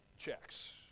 checks